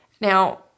Now